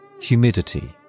Humidity